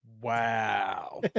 wow